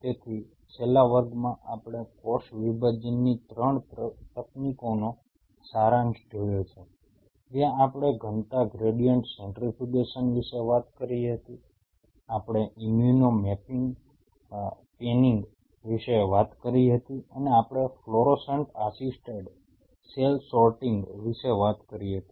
તેથી છેલ્લા વર્ગમાં આપણે કોષ વિભાજનની 3 તકનીકોનો સારાંશ જોયો છે જ્યાં આપણે ઘનતા ગ્રેડિયન્ટ સેન્ટ્રીફ્યુગેશન વિશે વાત કરી હતી આપણે ઇમ્યુનો પેનિંગ વિશે વાત કરી હતી અને આપણે ફ્લોરોસન્ટ આસિસ્ટેડ સેલ સોર્ટિંગ વિશે વાત કરી હતી